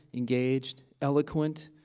engaged, eloquent,